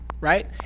right